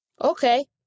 Okay